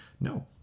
no